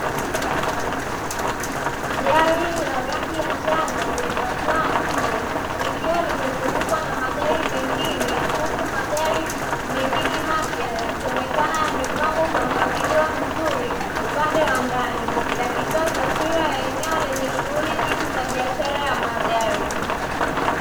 Gari la rangi ya njano limepakiwa nje likiwa limezungukwa na magari mengine, huku magari mengine mapya yakinaonekana yamepangwa kwa mpangilio mzuri upande wa ndani, yakitoa taswira ya eneo lenye shughuli nyingi za biashara ya magari.